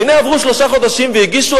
והנה עברו שלושה חודשים והגישו,